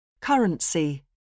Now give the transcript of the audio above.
Currency